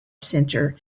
center